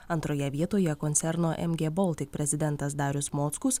antroje vietoje koncerno mg baltic prezidentas darius mockus